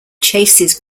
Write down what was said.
chases